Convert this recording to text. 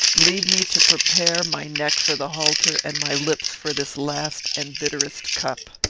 leave me to prepare my neck for the halter, and my lips for this last and bitterest cup.